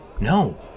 no